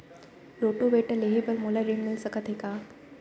Rotavator लेहे बर मोला ऋण मिलिस सकत हे का?